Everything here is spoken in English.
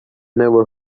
never